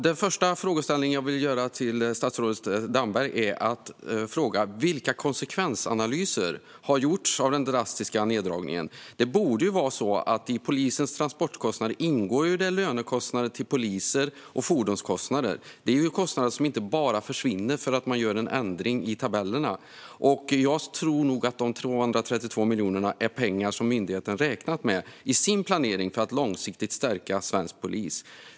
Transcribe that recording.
Den första fråga jag vill ställa till statsrådet Damberg är: Vilka konsekvensanalyser har gjorts av den drastiska neddragningen? I polisens transportkostnader borde lönekostnader för poliser och fordonskostnader ingå. Det är ju kostnader som inte försvinner bara för att man gör en ändring i tabellerna. Jag tror att de 232 miljonerna är pengar som myndigheten hade räknat med i sin planering för att långsiktigt stärka svensk polis.